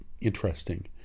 interesting